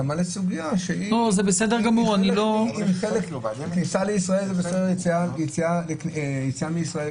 אתה מעלה סוגיה שחלק ממנה זה הכניסה לישראל והיציאה מישראל,